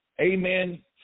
amen